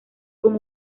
con